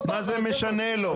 מה זה משנה לו?